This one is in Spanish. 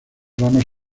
ramas